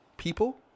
people